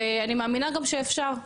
ואני גם מאמינה שאפשר.